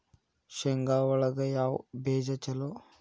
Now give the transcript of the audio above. ಶೇಂಗಾ ಒಳಗ ಯಾವ ಬೇಜ ಛಲೋ?